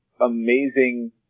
amazing